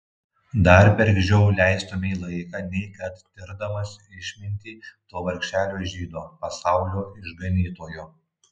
dar bergždžiau leistumei laiką nei kad tirdamas išmintį to vargšelio žydo pasaulio išganytojo